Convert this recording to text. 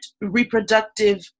reproductive